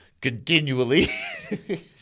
continually